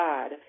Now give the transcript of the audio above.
God